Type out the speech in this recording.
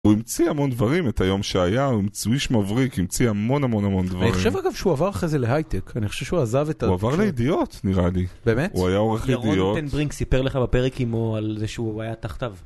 הוא המציא המון דברים את היום שהיה, הוא המציא איש מבריק, הוא המציא המון המון המון דברים. אני חושב אגב שהוא עבר אחרי זה להייטק, אני חושב שהוא עזב את ה... הוא עבר לידיעות, נראה לי. באמת? הוא היה עורך לידיעות. ירון טן ברינקס סיפר לך בפרק עימו על זה שהוא היה תחתיו.